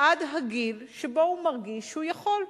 עד הגיל שבו הוא מרגיש שהוא יכול,